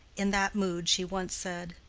in that mood she once said,